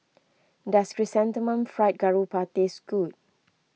does Chrysanthemum Fried Garoupa taste good